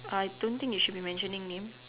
I don't think you should be mentioning name